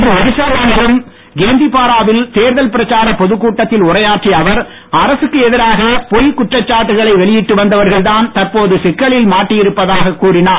இன்று ஒடிசா மாநிலம் கேந்திரபாரா வில் தேர்தல் பிரச்சாரப் பொதுக் கூட்டத்தில் உரையாற்றிய அவர் அரசுக்கு எதிராக பொய் குற்றச்சாட்டுக்களை வெளியிட்டு வந்தவர்கள் தான் தற்போது சிக்கலில் மாட்டியிருப்பதாக கூறினார்